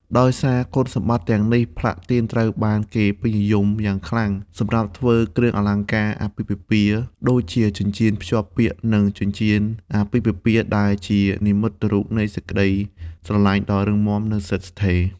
ដោយសារគុណសម្បត្តិទាំងនេះ ផ្លាទីនត្រូវបានគេពេញនិយមយ៉ាងខ្លាំងសម្រាប់ធ្វើគ្រឿងអលង្ការអាពាហ៍ពិពាហ៍ ដូចជាចិញ្ចៀនភ្ជាប់ពាក្យ និងចិញ្ចៀនអាពាហ៍ពិពាហ៍ ដែលជានិមិត្តរូបនៃសេចក្ដីស្រឡាញ់ដ៏រឹងមាំ និងស្ថិតស្ថេរ។